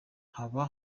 hoba